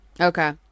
Okay